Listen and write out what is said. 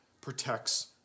protects